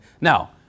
Now